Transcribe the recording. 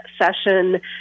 session